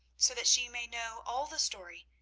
so that she may know all the story,